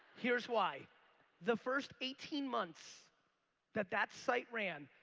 here's why the first eighteen months that that site ran,